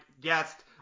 guest